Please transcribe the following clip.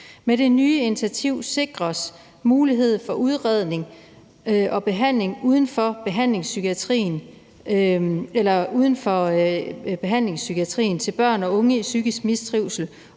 Med det nye initiativ sikres mulighed for udredning og behandling uden for behandlingspsykiatrien til børn og unge i psykisk mistrivsel